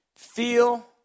Feel